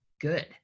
good